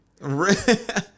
Right